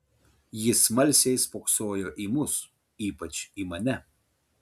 ji smalsiai spoksojo į mus ypač į mane